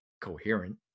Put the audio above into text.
coherent